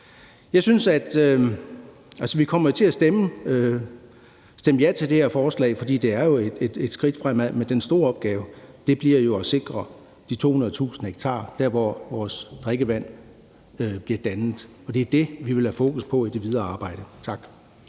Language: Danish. her lovforslag. Vi kommer til at stemme ja til det her forslag, for det er jo et skridt fremad, men den store opgave bliver at sikre de 200.000 ha – der, hvor vores drikkevand bliver dannet – og det er det, vi vil have fokus på i det videre arbejde. Tak.